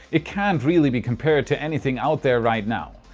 it can't really be compared to anything out there right now.